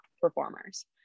performers